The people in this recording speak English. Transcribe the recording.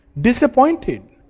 disappointed